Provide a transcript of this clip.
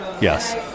yes